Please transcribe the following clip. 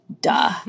duh